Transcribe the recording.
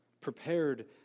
prepared